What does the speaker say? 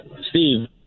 Steve